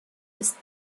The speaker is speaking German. ist